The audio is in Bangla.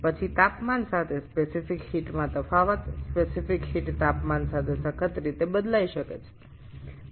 তারপরে তাপমাত্রার সাথে আপেক্ষিক তাপের ভিন্নতা আপেক্ষিক তাপমাত্রা উষ্ণতার সাথে দৃঢরুপে পরিবর্তন হতে পারে